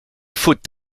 faut